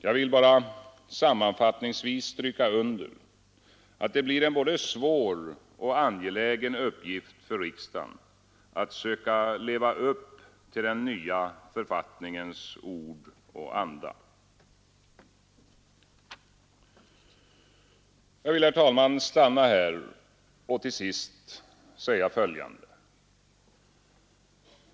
Jag vill bara sammanfattningsvis stryka under, att det blir en både svår och angelägen uppgift för riksdagen att söka upp till den nya författningens ord och anda. offentliga vill jag Jag vill, herr talman, stanna här och till sist säga följande.